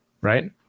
Right